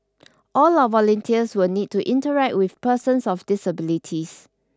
all our volunteers will need to interact with persons of disabilities